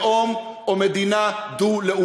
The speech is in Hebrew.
לא תהיה הסדרה